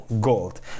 gold